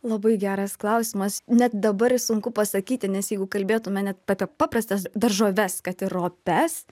labai geras klausimas net dabar sunku pasakyti nes jeigu kalbėtume net apie paprastas daržoves kad ir ropes